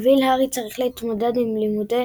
במקביל, הארי צריך להתמודד עם לימודי